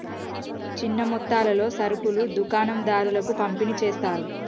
చిన్న మొత్తాలలో సరుకులు దుకాణం దారులకు పంపిణి చేస్తారు